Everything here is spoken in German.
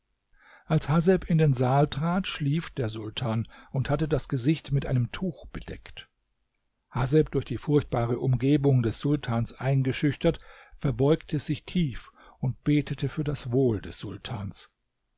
als haseb in den saal trat schlief der sultan und hatte das gesicht mit einem tuch bedeckt haseb durch die furchtbare umgebung des sultans eingeschüchtert verbeugte sich tief und betete für das wohl des sultans